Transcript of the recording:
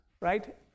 right